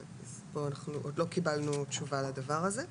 עוד לא קיבלנו תשובה לדבר הזה.